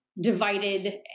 divided